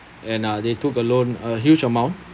and uh they took a loan a huge amount